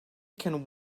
can